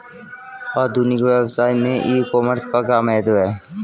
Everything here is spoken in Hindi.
आधुनिक व्यवसाय में ई कॉमर्स का क्या महत्व है?